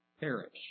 perish